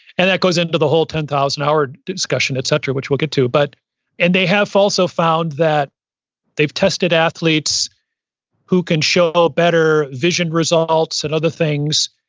and that goes into the whole ten-thousand-hour discussion, et cetera, which we'll get to but and they have also found that they've tested athletes who can show ah better vision results and other things,